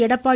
Edappadi